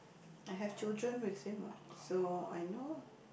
I have children with him what so I know